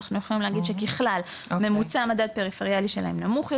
אנחנו יכולים להגיד שככלל ממוצע המדד הפריפריאלי שלהם נמוך יותר,